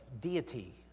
deity